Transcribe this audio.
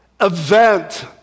event